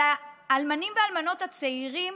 אבל האלמנים והאלמנות הצעירים,